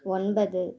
ஒன்பது